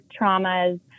traumas